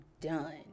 done